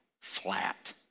flat